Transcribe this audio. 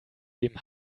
dem